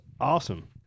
awesome